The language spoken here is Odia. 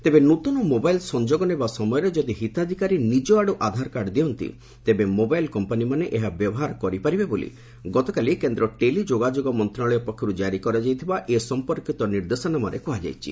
ତେବେ ନୃତନ ମୋବାଇଲ୍ ସଂଯୋଗ ନେବା ସମୟରେ ଯଦି ହିତାଧିକାରୀ ନିଜ ଆଡ଼ୁ ଆଧାରକାର୍ଡ ଦିଅନ୍ତି ତେବେ ମୋବାଇଲ୍ କମ୍ପାନିମାନେ ଏହା ବ୍ୟବହାର କରିପାରିବେ ବୋଲି ଗତକାଲି କେନ୍ଦ୍ର ଟେଲି ଯୋଗାଯୋଗ ମନ୍ତ୍ରଣାଳୟ ପକ୍ଷରୁ ଜାରି କରାଯାଇଥିବା ଏ ସଂପର୍କିତ ନିର୍ଦ୍ଦେଶନାମାରେ କୁହାଯାଇଛି